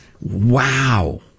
Wow